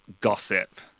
gossip